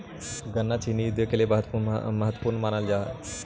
गन्ना चीनी उद्योग के लिए बहुत महत्वपूर्ण मानल जा हई